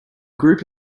group